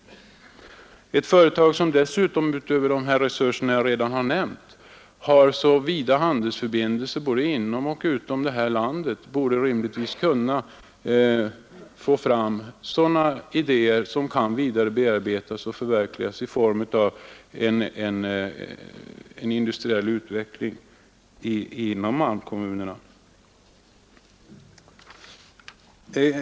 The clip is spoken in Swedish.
Detta företag, som dessutom utöver de resurser som jag redan nämnt har så vida handelsförbindelser både inom och utom vårt land, borde rimligtvis kunna få fram idéer som kan vidare bearbetas och förverkligas i form av industriell utveckling inom malmkommunerna.